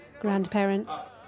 grandparents